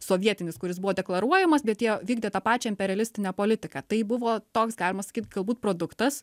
sovietinis kuris buvo deklaruojamas bet jie vykdė tą pačią imperialistinę politiką tai buvo toks galima sakyt galbūt produktas